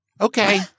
Okay